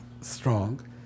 strong